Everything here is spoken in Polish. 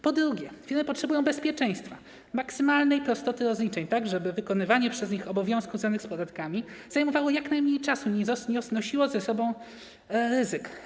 Po drugie, firmy potrzebują bezpieczeństwa, maksymalnej prostoty rozliczeń, żeby wykonywanie przez nie obowiązków związanych z podatkami zajmowało jak najmniej czasu, nie nosiło za sobą ryzyka.